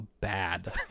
bad